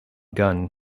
gunn